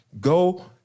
go